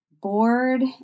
bored